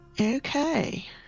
Okay